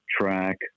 track